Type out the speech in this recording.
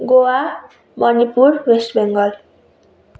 Goa Manipur West Bengal